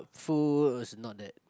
food also not that